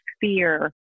fear